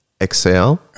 exhale